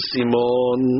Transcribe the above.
Simon